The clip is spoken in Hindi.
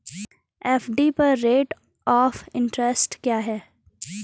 एफ.डी पर रेट ऑफ़ इंट्रेस्ट क्या है?